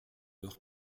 heures